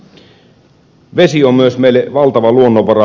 myös vesi on meille valtava luonnonvara